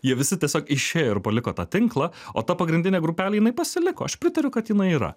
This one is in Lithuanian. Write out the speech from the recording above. jie visi tiesiog išėjo ir paliko tą tinklą o ta pagrindinė grupelė jinai pasiliko aš pritariu kad jinai yra